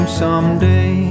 someday